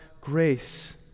grace